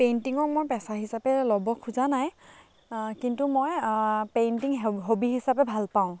পেইণ্টিঙক মোৰ পেছা হিচাপে ল'ব খোজা নাই কিন্তু মই পেইণ্টিং হে হবী হিচাপে ভাল পাওঁ